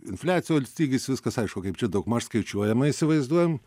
infliacijos lygis viskas aišku kaip čia daugmaž skaičiuojama įsivaizduojam